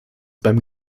beim